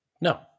No